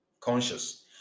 Conscious